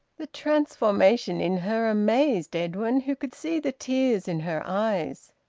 the transformation in her amazed edwin, who could see the tears in her eyes.